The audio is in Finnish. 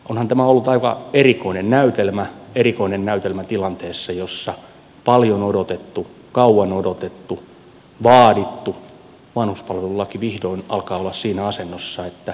onhan tämä ollut aika erikoinen näytelmä erikoinen näytelmä tilanteessa jossa paljon odotettu kauan odotettu vaadittu vanhuspalvelulaki vihdoin alkaa olla siinä asennossa että